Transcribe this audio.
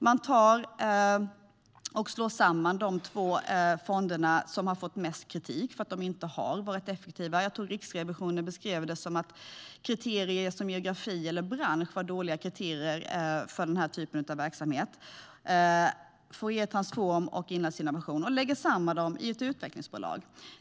Man slår samman de två fonder som har fått mest kritik för att de inte har varit effektiva. Riksrevisionen beskrev det som att geografi eller bransch var dåliga kriterier för den här typen av verksamhet. Man lägger samman Fouriertransform och Inlandsinnovation till ett utvecklingsbolag.